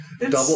double